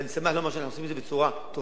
ואני שמח לומר שאנחנו עושים את זה בצורה טובה,